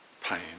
pain